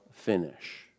finish